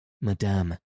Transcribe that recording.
Madame